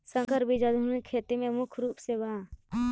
संकर बीज आधुनिक खेती में मुख्य रूप से बा